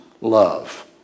love